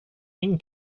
min